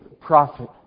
prophet